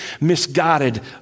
misguided